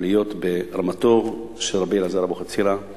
או להיות ברמתו של רבי אלעזר אבוחצירא,